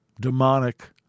Demonic